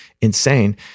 insane